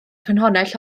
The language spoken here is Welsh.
ffynhonnell